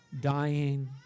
dying